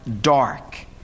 dark